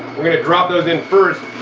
we're gonna drop those in first.